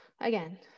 Again